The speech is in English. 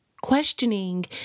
Questioning